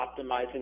optimizing